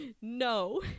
no